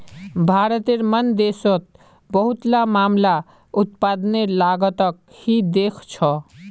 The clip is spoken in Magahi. भारतेर मन देशोंत बहुतला मामला उत्पादनेर लागतक ही देखछो